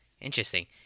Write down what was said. Interesting